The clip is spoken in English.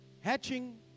hatching